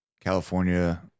California